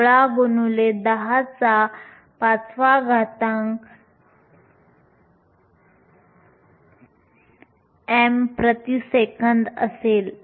16 x 105 m s 1 असेल